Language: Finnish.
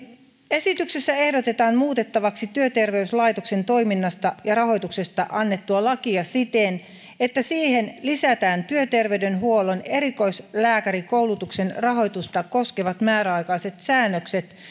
esityksessä ehdotetaan muutettavaksi työterveyslaitoksen toiminnasta ja rahoituksesta annettua lakia siten että siihen lisätään työterveyshuollon erikoislääkärikoulutuksen rahoitusta koskevat määräaikaiset säännökset